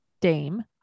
Dame